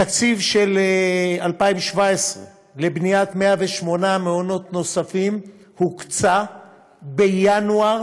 התקציב של 2017 לבניית 108 מעונות נוספים הוקצה בינואר